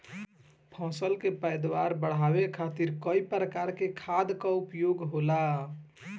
फसल के पैदावार बढ़ावे खातिर कई प्रकार के खाद कअ उपयोग होला